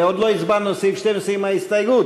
עוד לא הצבענו על סעיף 12 עם ההסתייגות,